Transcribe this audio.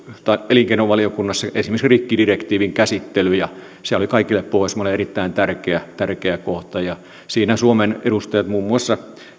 elinkeinovaliokunnassa esimerkiksi rikkidirektiivin käsittely ja se oli kaikille pohjoismaille erittäin tärkeä tärkeä kohta siinä suomen edustajat muun muassa